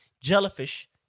jellyfish